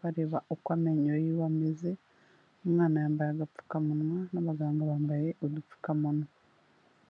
bareba uko amenyo y'iwe ameze, umwana yambaye agapfukamunwa n'abaganga bambaye udupfukamunwa.